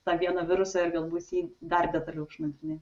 tą vieną virusą ir galbūt jį dar detaliau išnagrinėt